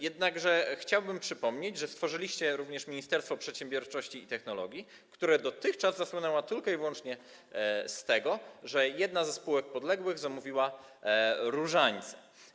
Jednakże chciałbym przypomnieć, że stworzyliście również Ministerstwo Przedsiębiorczości i Technologii, które dotychczas zasłynęło wyłącznie z tego, że jedna ze spółek podległych zamówiła różańce.